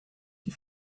die